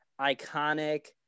iconic